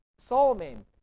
Solomon